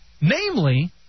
Namely